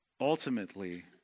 ultimately